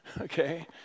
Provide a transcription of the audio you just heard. okay